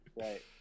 Right